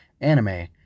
anime